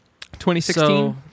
2016